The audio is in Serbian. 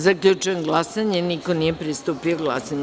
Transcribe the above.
Zaključujem glasanje: niko nije pristupio glasanju.